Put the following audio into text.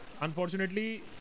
unfortunately